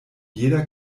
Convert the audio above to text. jeder